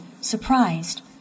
surprised